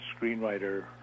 screenwriter